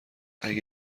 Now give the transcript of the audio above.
اگه